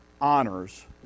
honors